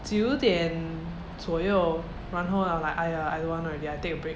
九点左右然后 lah like !aiya! I don't want already I take a break